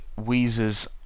Weezer's